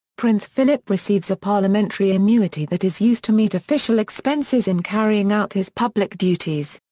prince philip receives a parliamentary annuity that is used to meet official expenses in carrying out his public duties.